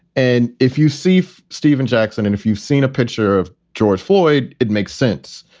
and if you see if steven jackson and if you've seen a picture of george floyd, it makes sense.